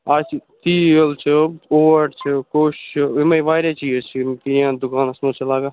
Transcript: آز چھُ تیٖل چھُ اوٹ چھُ کوٚش چھُ یِمٔے واریاہ چیٖز چھِ یِم کِریانہٕ دُکانَس منٛز چھِ لَگان